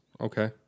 Okay